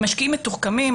הם משקיעים מתוחכמים.